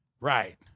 Right